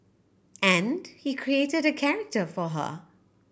and he created a character for her